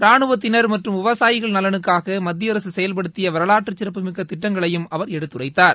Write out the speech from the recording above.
ராணுவத்தினர் மற்றும் விவசாயிகள் நலனுக்காக மத்தியஅரசு செயல்படுத்திய வரலாற்றுச்சிறப்புமிக்க திட்டங்களையும் அவர் எடுத்துரைத்தார்